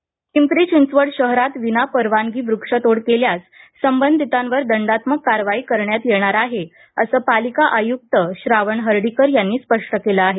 वक्ष तोड पिंपरी चिंचवड शहरात विनापरवानगी वृक्ष तोड केल्यास संबंधितांवर दंडात्मक कारवाई करण्यात येणार आहे असं पालिका आयुक्त श्रावण हर्डीकर यांनी स्पष्ट केलं आहे